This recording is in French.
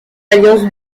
alliance